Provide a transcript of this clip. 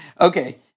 Okay